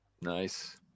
nice